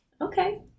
okay